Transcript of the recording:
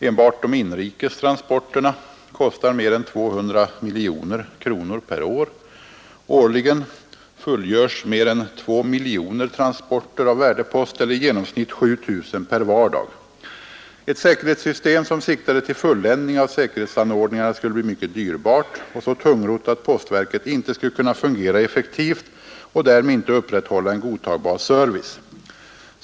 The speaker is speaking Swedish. Enbart de inrikes transporterna kostar mer än 200 miljoner kronor per år. Årligen fullgörs mer än 2 miljoner transporter av värdepost eller i genomsnitt 7 000 per vardag. Ett säkerhetssystem, som siktade till fulländning av säkerhetsanordningarna, skulle bli mycket dyrbart och så tungrott att postverket inte skulle kunna fungera effektivt och därmed inte upprätthålla en godtagbar service.